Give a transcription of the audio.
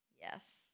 Yes